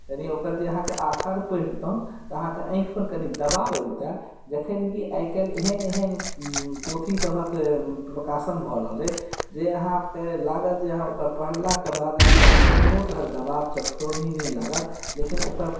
कनि ओकर जे आखर पढ़ितहुँ तऽ अहाँके आँखि पर कनि दबाव अबितै जखन कि आइ काल्हि एहन एहन पोथी सभहक प्रकाशन भऽ रहल अछि जे अहाँके लागत जे अहाँ ओकरा पढ़लाके बाद जे अहाँके आँखि पर कोनो दवाब चकचोन्ही नहि लागत लेकिन ओकर